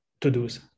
to-dos